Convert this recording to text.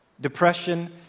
Depression